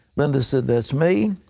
linda said, that's me.